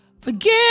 Forgive